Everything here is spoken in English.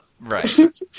Right